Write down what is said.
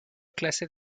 clase